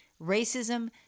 racism